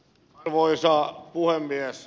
arvoisa puhemies